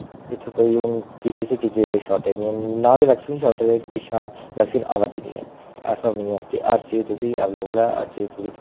इत्थै कोई हून किसै चीजै दी कोई शार्टेज नेईं ना ते वैक्सीन दी शार्टेज ऐ कि पिच्छै वैक्सीन आवा दी निं है ऐसा बी निं है कि हर चीज तु'सेंई अवलेबल ऐ हर चीज तु'सेंई थ्होई जानी